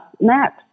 next